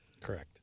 Correct